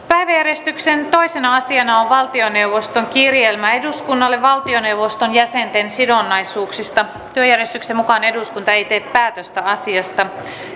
päiväjärjestyksen toisena asiana on valtioneuvoston kirjelmä eduskunnalle valtioneuvoston jäsenten sidonnaisuuksista työjärjestyksen mukaan eduskunta ei tee päätöstä asiasta